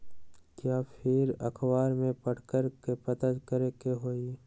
या फिर अखबार में पढ़कर के पता करे के होई?